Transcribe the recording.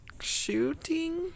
shooting